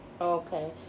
Okay